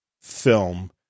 film